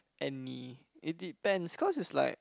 any it depends cause is like